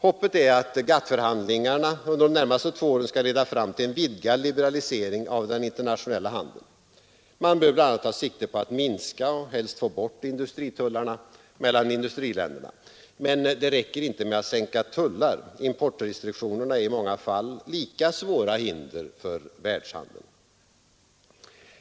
Hoppet är att GATT-förhandlingarna under de närmaste två åren skall leda fram till en vidgad liberalisering av den internationella handeln. Man bör bl.a. ta sikte på att minska — helst få bort — industritullarna mellan industriländerna. Men det räcker inte med att sänka tullar. Importrestriktionerna är i många fall lika svåra hinder för världshandeln.